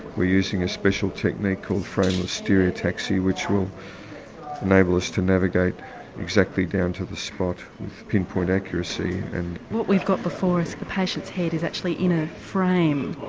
we're using a special technique called frameless stereotaxy which will enable us to navigate exactly down to the spot with pinpoint accuracy and. what we've got before us, the patient's head is actually in a frame.